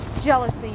jealousy